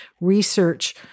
research